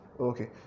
okay